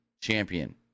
champion